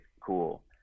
Cool